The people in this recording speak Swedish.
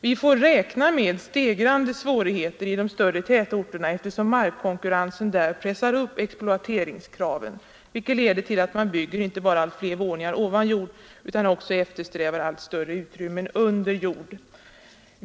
Vi får räkna med stegrade svårigheter i de större tätorterna, eftersom markkonkurrensen där pressar upp exploateringskraven, vilket leder till att man bygger inte bara fler våningar ovan jord utan också eftersträvar allt större utrymmen under jord.